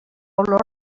olor